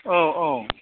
औ औ